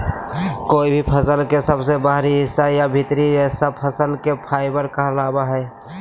कोय भी फल के सबसे बाहरी हिस्सा या भीतरी रेशा फसल के फाइबर कहलावय हय